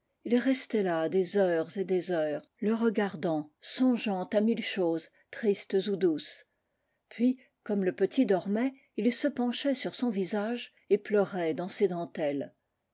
ii restait là des heures et des heures le regardant songeant à mille choses tristes ou douces puis comme le petit dormait il se penchait sur son visage et pleurait dans ses dentelles